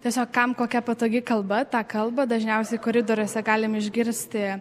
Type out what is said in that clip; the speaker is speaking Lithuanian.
tiesiog kam kokia patogi kalba tą kalbą dažniausiai koridoriuose galim išgirsti